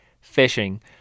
fishing